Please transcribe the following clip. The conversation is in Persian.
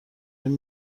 این